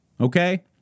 okay